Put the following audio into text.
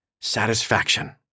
satisfaction